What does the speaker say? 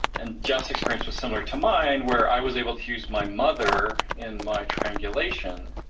and geoff's experience was similar to mine, where i was able to use my mother in my triangulation.